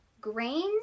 grains